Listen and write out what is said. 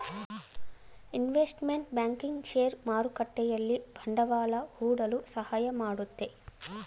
investment banking share ಮಾರುಕಟ್ಟೆಯಲ್ಲಿ ಬಂಡವಾಳ ಹೂಡಲು ಸಹಾಯ ಮಾಡುತ್ತೆ